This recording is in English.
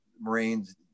Marines